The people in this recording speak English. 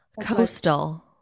coastal